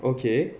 okay